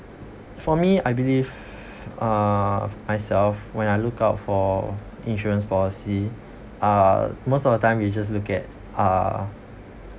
for me I believe uh myself when I look out for insurance policy uh most of the time you just look at uh